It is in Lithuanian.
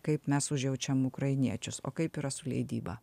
kaip mes užjaučiam ukrainiečius o kaip yra su leidyba